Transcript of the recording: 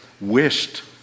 wished